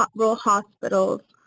but rural hospitals